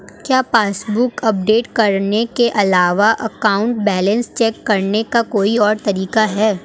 क्या passbook update करने के अलावा अकाउंट बैलेंस चेक करने का कोई और तरीका है?